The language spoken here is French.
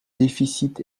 déficit